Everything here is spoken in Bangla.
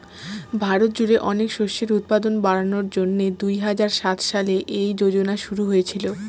ভারত জুড়ে অনেক শস্যের উৎপাদন বাড়ানোর জন্যে দুই হাজার সাত সালে এই যোজনা শুরু হয়েছিল